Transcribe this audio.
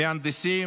מהנדסים.